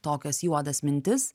tokias juodas mintis